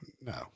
no